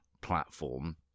platform